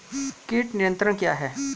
कीट नियंत्रण क्या है?